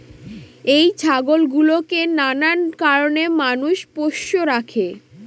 এই ছাগল গুলোকে নানান কারণে মানুষ পোষ্য রাখে